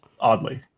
oddly